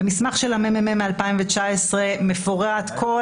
במסמך של מרכז המחקר והמידע מ-2019 מפורטת כל